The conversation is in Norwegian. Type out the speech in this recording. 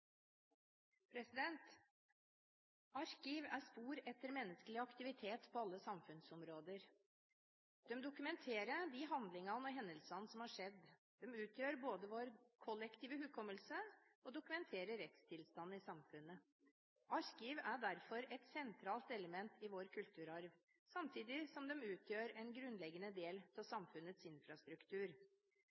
Kommune-Norge. Arkiv er spor etter menneskelig aktivitet på alle samfunnsområder. De dokumenterer de handlingene og hendelsene som har skjedd. De utgjør vår kollektive hukommelse og dokumenterer rettstilstanden i samfunnet. Arkiv er derfor et sentralt element i vår kulturarv, samtidig som de utgjør en grunnleggende del av samfunnets infrastruktur.